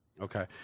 okay